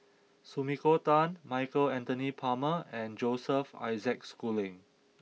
Sumiko Tan Michael Anthony Palmer and Joseph Isaac Schooling